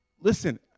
listen